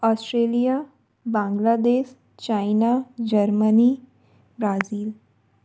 Australia Bangladesh China Germany Brazil